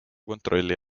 kontrolli